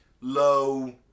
low